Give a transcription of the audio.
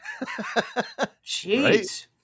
Jeez